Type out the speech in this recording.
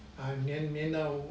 黏黏到